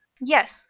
Yes